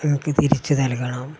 എനിക്ക് തിരിച്ച് നൽകണം